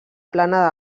plana